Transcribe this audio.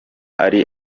ari